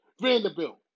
Vanderbilt